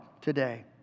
today